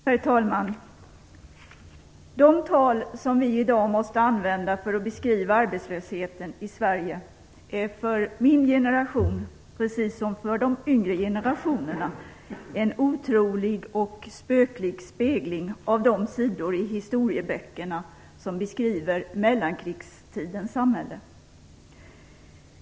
Herr talman! De tal som vi i dag måste använda för att beskriva arbetslösheten i Sverige är för min generation precis som för de yngre generationerna en otrolig och spöklik spegling av de sidor i historieböckerna som beskriver mellankrigstidens samhälle.